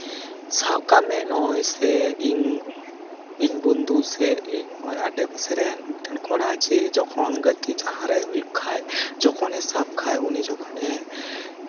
ᱥᱟᱵ ᱠᱟᱜ ᱢᱮ ᱱᱚᱜᱼᱚᱭ ᱥᱮ ᱤᱧ ᱤᱧ ᱵᱚᱱᱫᱷᱩ ᱥᱮ ᱤᱧ ᱟᱰᱮ ᱯᱟᱥᱮ ᱨᱮᱱ ᱢᱤᱫᱴᱮᱱ ᱠᱚᱲᱟ ᱡᱮ ᱡᱚᱠᱷᱚᱱ ᱜᱟᱛᱮ ᱡᱟᱦᱟᱸᱨᱮ ᱦᱩᱭᱩᱜ ᱠᱷᱟᱱ ᱡᱚᱠᱷᱚᱱᱮ ᱥᱟᱵ ᱠᱷᱟᱱ ᱩᱱᱤ ᱡᱚᱠᱷᱚᱱᱮ